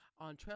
on